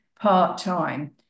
part-time